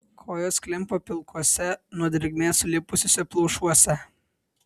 kojos klimpo pilkuose nuo drėgmės sulipusiuose plaušuose